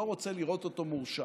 לא רוצה לראות אותו מורשע.